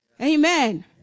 Amen